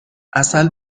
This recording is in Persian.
عسل